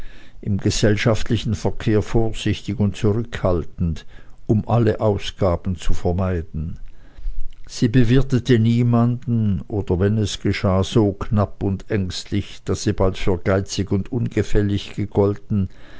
im gesellschaftlichen verkehr vorsichtig und zurückhaltend um alle ausgaben zu vermeiden sie bewirtete niemanden oder wenn es geschah so knapp und ängstlich daß sie bald für geizig und ungefällig gegolten